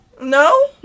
no